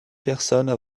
personnes